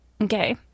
Okay